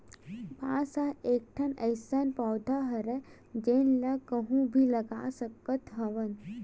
बांस ह एकठन अइसन पउधा हरय जेन ल कहूँ भी लगाए जा सकत हवन